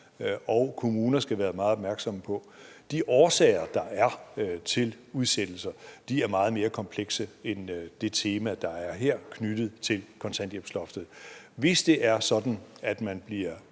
og kommuner skal være meget opmærksomme på. For det andet er de årsager, der er til udsættelser, meget mere komplekse end det tema, der er her, og som er knyttet til kontanthjælpsloftet. Hvis det er sådan, at man bliver